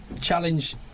challenge